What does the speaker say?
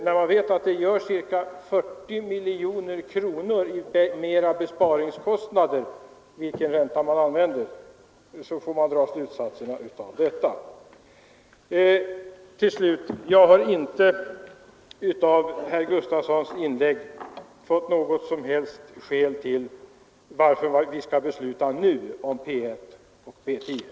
När man vet att den lägre räntan ger ca 40 miljoner kronor i besparingskostnader kan man själv dra sina slutsatser. Herr Gustafsson har i sitt inlägg inte angivit något som helst skäl för att vi skall besluta nu om P 1 och P 10.